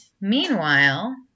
Meanwhile